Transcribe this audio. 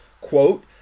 quote